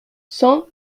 cent